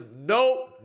no